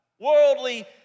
Worldly